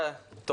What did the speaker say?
בוקר טוב לכולם,